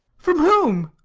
from whom?